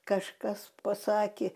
kažkas pasakė